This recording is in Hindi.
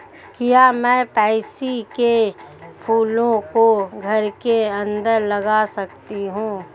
क्या मैं पैंसी कै फूलों को घर के अंदर लगा सकती हूं?